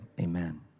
amen